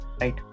Right